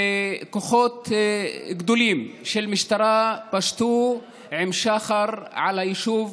שכוחות גדולים של משטרה פשטו עם שחר על היישוב